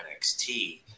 NXT